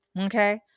okay